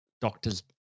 doctors